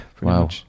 wow